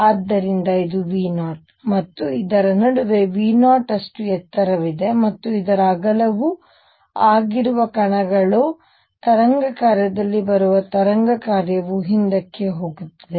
ಆದ್ದರಿಂದ ಇದು V0 ಮತ್ತು ಇದರ ನಡುವೆ V0 ಅಷ್ಟು ಎತ್ತರವಿದೆ ಮತ್ತು ಇದರ ಅಗಲವು ಆಗಿರುವ ಕಣಗಳು ತರಂಗ ಕಾರ್ಯದಲ್ಲಿ ಬರುವ ತರಂಗ ಕಾರ್ಯವು ಹಿಂದಕ್ಕೆ ಹೋಗುತ್ತದೆ